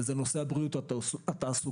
נושא הבריאות התעסוקתית,